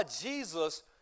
Jesus